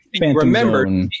remember